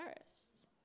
first